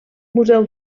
museu